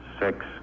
six